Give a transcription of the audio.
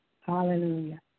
Hallelujah